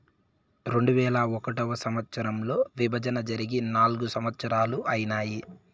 రెండువేల ఒకటో సంవచ్చరంలో విభజన జరిగి నాల్గు సంవత్సరాలు ఐనాయి